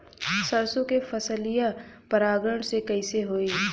सरसो के फसलिया परागण से कईसे होई?